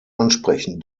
ansprechen